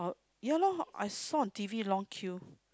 ya loh I saw on T_V long queue